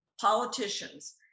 politicians